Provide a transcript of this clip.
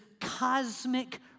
cosmic